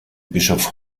bischof